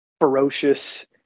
ferocious